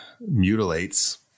mutilates